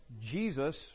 Jesus